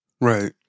Right